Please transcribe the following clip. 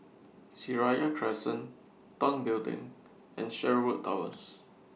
Seraya Crescent Tong Building and Sherwood Towers